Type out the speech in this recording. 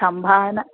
सम्भान